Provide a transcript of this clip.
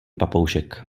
papoušek